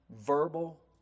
verbal